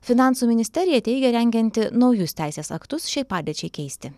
finansų ministerija teigia rengianti naujus teisės aktus šiai padėčiai keisti